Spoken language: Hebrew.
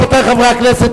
רבותי חברי הכנסת,